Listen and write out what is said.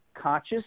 conscious